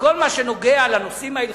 שכל מה שנוגע לנושאים ההלכתיים,